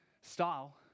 style